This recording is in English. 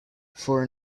for